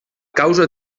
causa